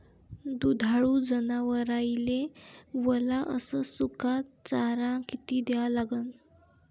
दुधाळू जनावराइले वला अस सुका चारा किती द्या लागन?